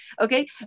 Okay